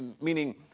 meaning